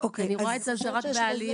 אני רואה את זה רק בעלייה.